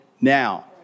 now